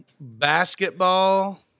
Basketball